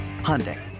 Hyundai